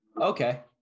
Okay